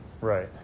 Right